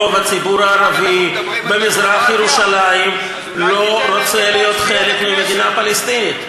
רוב הציבור הערבי במזרח-ירושלים לא רוצה להיות חלק ממדינה פלסטינית.